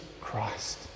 Christ